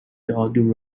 dog